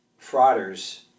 frauders